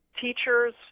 teachers